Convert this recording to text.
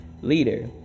leader